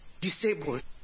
disabled